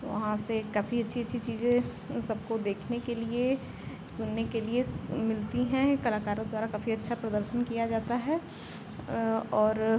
वहाँ से काफ़ी अच्छी अच्छी चीज़ें सबको देखने के लिए सुनने के लिए मिलती हैं कलाकारों द्वारा काफ़ी अच्छा प्रदर्शन किया जाता है और